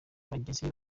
bagezeyo